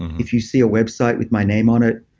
if you see a website with my name on it,